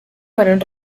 fueron